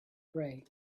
pray